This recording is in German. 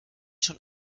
schon